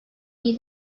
iyi